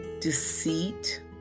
deceit